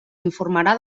informarà